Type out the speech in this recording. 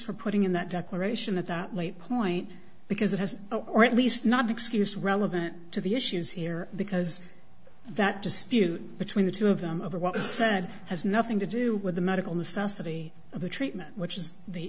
for putting in that declaration at that late point because it has or at least not excuse relevant to the issues here because that dispute between the two of them over what is said has nothing to do with the medical necessity of the treatment which is the